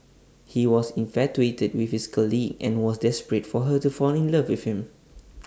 he was infatuated with his colleague and was desperate for her to fall in love with him